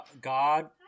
God